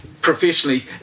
professionally